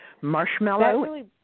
Marshmallow